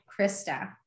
Krista